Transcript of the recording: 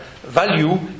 value